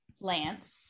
Lance